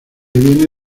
viene